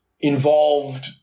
involved